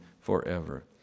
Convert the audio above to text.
forever